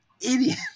Idiot